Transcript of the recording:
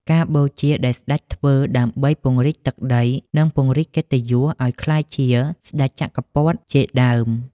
ការបូជាដែលស្ដេចធ្វើដើម្បីពង្រីកទឹកដី និងពង្រីកកិត្តិយសឱ្យក្លាយជា ស្ដេចចក្រពត្តិ ជាដើម។